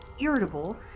irritable